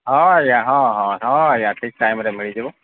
ହଁ ଆଜ୍ଞା ହଁ ହଁ ହଁ ଆଜ୍ଞା ଠିକ୍ ଟାଇମ୍ରେ ମିଳିଯିବ